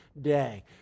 day